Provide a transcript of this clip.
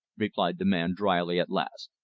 replied the man drily at last.